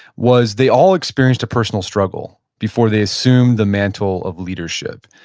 was they all experienced a personal struggle before they assumed the mantle of leadership.